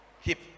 hip